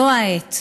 זו העת.